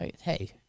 hey